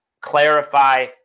clarify